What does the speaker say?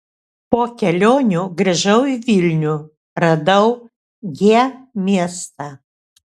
po kelionių grįžau į vilnių radau g miestą